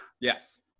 yes